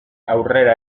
aurrera